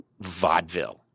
vaudeville